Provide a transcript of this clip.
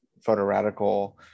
photoradical